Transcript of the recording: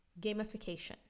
gamification